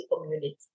community